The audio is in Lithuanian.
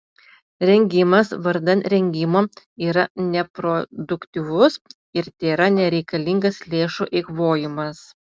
rengimas vardan rengimo yra neproduktyvus ir tėra nereikalingas lėšų eikvojimas